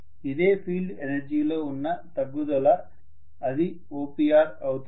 ఇదే field energy లో ఉన్న తగ్గుదల అది OPR అవుతుంది